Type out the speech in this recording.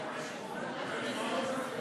טלב אבו עראר,